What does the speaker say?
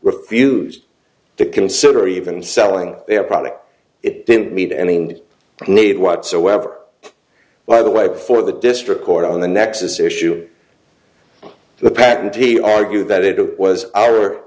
refused to consider even selling their product it didn't meet any need need whatsoever by the way before the district court on the nexus issue the patent he argued that it was our